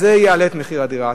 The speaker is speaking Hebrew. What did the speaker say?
זה יעלה את מחיר הדירה,